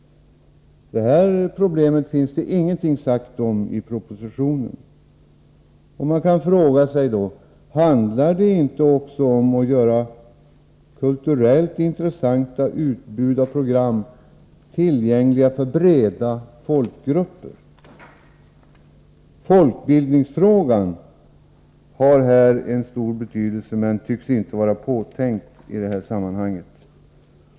Det här problemet finns det ingenting sagt om i propositionen. Handlar det inte om att göra kulturellt intressanta utbud av program tillgängliga för breda folkgrupper? Folkbildningsfrågan har här en stor betydelse, men tycks inte vara beaktad i det här sammanhanget.